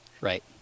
Right